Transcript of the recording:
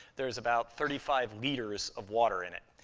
there's about thirty five liters of water in it.